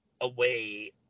away